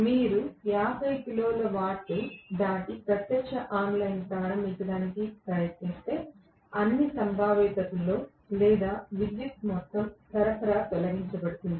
మీరు 50 కిలోల వాట్ దాటి ప్రత్యక్ష ఆన్లైన్ ప్రారంభించడానికి ప్రయత్నిస్తే అన్ని సంభావ్యతలలో లేదా విద్యుత్ మొత్తం సరఫరా తొలగించబడుతుంది